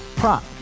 prop